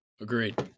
Agreed